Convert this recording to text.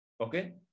Okay